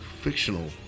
fictional